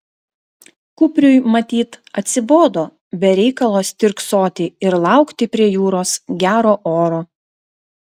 kupriui matyt atsibodo be reikalo stirksoti ir laukti prie jūros gero oro